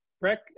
Breck